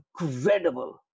incredible